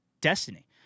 Destiny